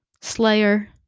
Slayer